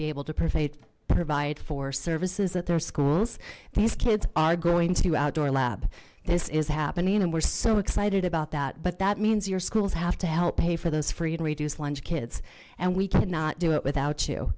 able to provide provide for services that their schools these kids are going to outdoor lab this is happening and we're so excited about that but that means your schools have to help pay for those for you to reduce lunch kids and we could not do it without you